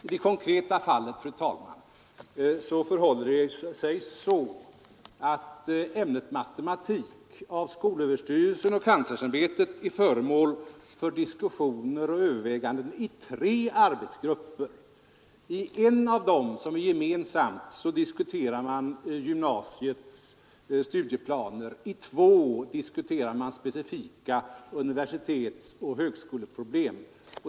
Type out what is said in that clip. I det konkreta fallet förhåller det sig så att ämnet matematik är föremål för diskussioner och överväganden av skolöverstyrelsen och kanslersämbetet i tre arbetsgrupper. I en av dem, som är gemensam, diskuterar man gymnasiets studieplaner, i två diskuterar man specifika universitetsoch högskoleproblem.